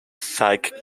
sikh